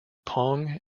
pong